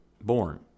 born